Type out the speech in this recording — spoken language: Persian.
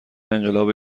انقلاب